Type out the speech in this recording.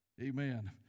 Amen